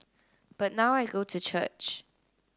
but now I go to church